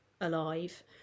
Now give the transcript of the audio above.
alive